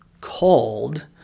called